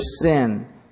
sin